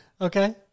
Okay